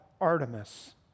Artemis